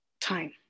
time